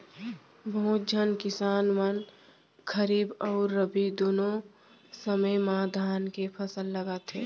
बहुत झन किसान मन खरीफ अउ रबी दुनों समे म धान के फसल लगाथें